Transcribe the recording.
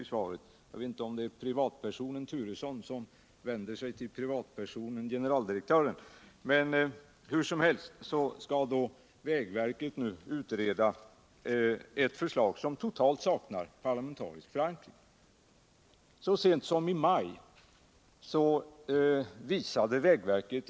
I svaret heter det litet egendomligt att kommunikationsministern har bett ”vägverkets chef” att göra den här utredningen — jag vet inte om det är privatpersonen Turesson som vänder sig till privatpersonen generaldircktören.